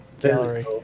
Gallery